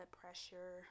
pressure